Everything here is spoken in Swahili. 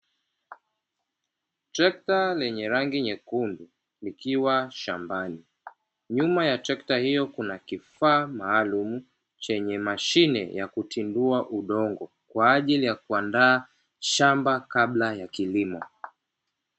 Trekta lenye rangi nyekundu likiwa shambani, nyuma ya trekta hilo kuna kifaa maalumu, chenye mashine ya kutindua udongo kwa ajili ya kuandaa shamba kabla ya kilimo.